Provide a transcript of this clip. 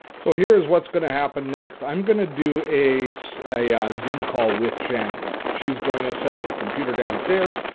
so here is what's gonna happen next. i'm gonna do a so a ah zoom call with shannon. she's going to set up her computer downstairs,